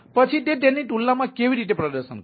પછી તે તેની તુલનામાં કેવી રીતે પ્રદર્શન કરે છે